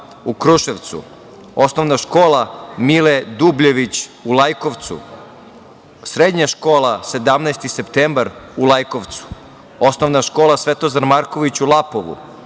u Kruševcu, Osnovna škola „Mile Dubljević“ u Lajkovcu, Srednja škola „17. septembar“ u Lajkovcu, Osnovna škola „Svetozar Marković“ u Lapovu,